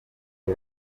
iki